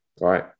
right